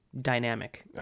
dynamic